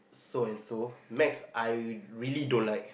so and so next I really don't like